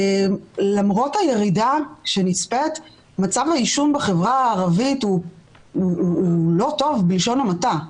למרות הירידה שנצפית מצב העישון בחברה הערבית הוא לא טוב בלשון המעטה.